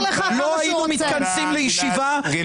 לא היינו מתכנסים לישיבה -- הוא יעיר לך כמה שהוא רוצה.